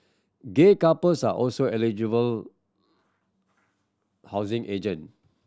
gay couples are also eligible housing agent